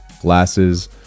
glasses